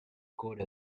code